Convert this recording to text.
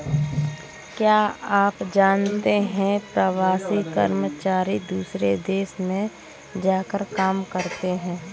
क्या आप जानते है प्रवासी कर्मचारी दूसरे देश में जाकर काम करते है?